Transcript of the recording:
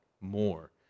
more